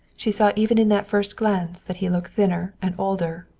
she saw even in that first glance that he looked thinner and older.